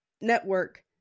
Network